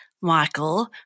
Michael